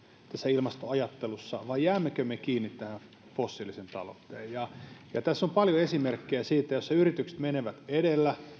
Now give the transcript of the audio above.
ilmastoajattelussa vai jäämmekö me kiinni tähän fossiiliseen talouteen tässä on paljon esimerkkejä siitä että yritykset menevät edellä